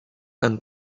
and